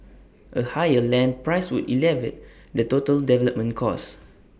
A higher land price would elevate the total development cost